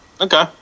Okay